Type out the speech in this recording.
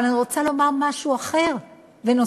אבל אני רוצה לומר משהו אחר ונוסף: